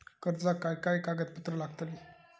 कर्जाक काय कागदपत्र लागतली?